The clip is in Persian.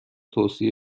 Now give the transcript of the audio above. توصیه